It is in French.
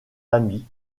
amis